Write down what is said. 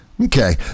Okay